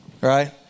right